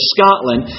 Scotland